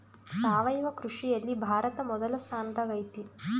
ಸಾವಯವ ಕೃಷಿಯಲ್ಲಿ ಭಾರತ ಮೊದಲ ಸ್ಥಾನದಾಗ್ ಐತಿ